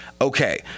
Okay